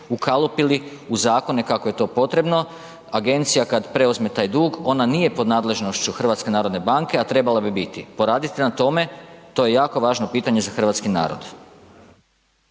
ukalupili u zakone kako je to potrebno, agencija kad preuzme taj dug, ona nije pod nadležnošću HNB-a, a trebala bi biti. Poradite na tome, to je jako važno pitanje za hrvatski narod.